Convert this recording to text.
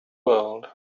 world